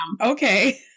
okay